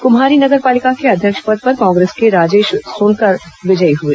कुम्हारी नगर पालिका के अध्यक्ष पद पर कांग्रेस के राजेश्वर सोनकर विजयी हुए